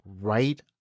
right